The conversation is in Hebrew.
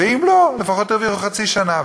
ואם לא, לפחות הרוויחו חצי שנה.